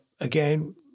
again